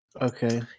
Okay